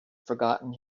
forgotten